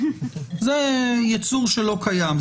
זה ייצור שלא קיים.